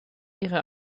ihre